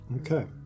Okay